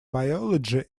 biology